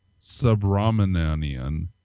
Subramanian